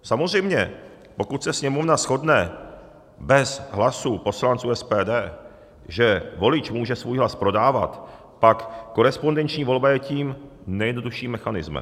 Samozřejmě pokud se Sněmovna shodne bez hlasů poslanců SPD, že volič může svůj hlas prodávat, pak korespondenční volba je tím nejjednodušším mechanismem.